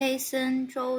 黑森州